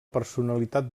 personalitat